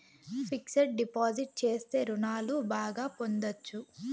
fixed deposit చేస్తే రుణాలు బాగా పొందొచ్చు